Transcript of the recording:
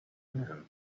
man